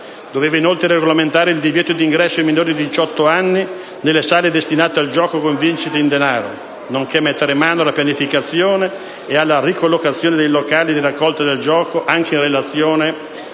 Doveva inoltre regolamentare il divieto di ingresso ai minori di diciotto anni nelle sale destinate al gioco con vincite in denaro, nonché mettere mano alla pianificazione ed alla ricollocazione dei locali di raccolta del gioco, anche in relazione